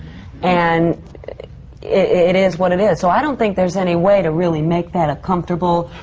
and it is what it is. so i don't think there's any way to really make that a comfortable,